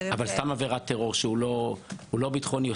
אבל סתם עבירת טרור שהיא לא ביטחונית או